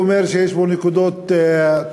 הוא אומר שיש בו נקודות טובות.